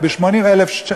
ב-1881,